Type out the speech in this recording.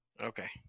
Okay